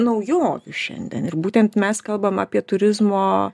naujovių šiandien ir būtent mes kalbam apie turizmo